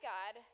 God